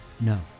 No